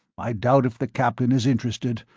i doubt if the captain is interested,